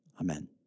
Amen